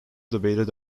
debated